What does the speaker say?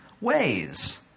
ways